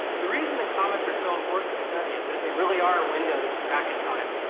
the reason that comets are so important to study is that they really are windows back in time.